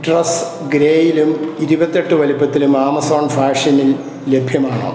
dress ഗ്രേയിലും ഇരുപത്തി എട്ട് വലുപ്പത്തിലും ആമസോൺ ഫാഷനിൽ ലഭ്യമാണോ